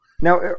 Now